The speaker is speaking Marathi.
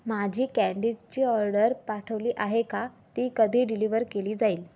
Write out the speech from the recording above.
माझी कँडीजची ऑर्डर पाठवली आहे का ती कधी डिलिव्हर केली जाईल